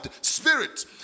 spirit